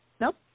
Nope